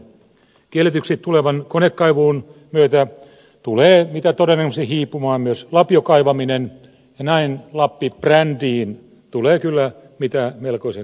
kielletyksi tulevan konekaivun myötä tulee mitä todennäköisimmin hiipumaan myös lapiokaivaminen ja näin lappi brändiin tulee kyllä melkoisen iso kolhu